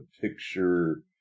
picture